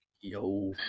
Yo